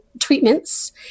treatments